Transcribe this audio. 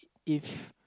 if